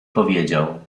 powiedział